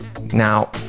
Now